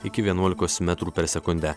iki vienuolikos metrų per sekundę